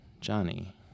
johnny